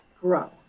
grow